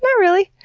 yeah really.